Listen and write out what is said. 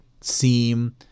seem